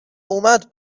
اومد